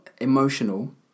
emotional